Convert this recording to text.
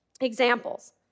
examples